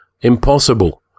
Impossible